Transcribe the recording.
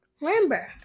Remember